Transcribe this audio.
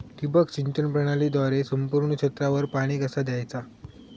ठिबक सिंचन प्रणालीद्वारे संपूर्ण क्षेत्रावर पाणी कसा दयाचा?